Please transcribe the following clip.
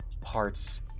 parts